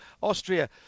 Austria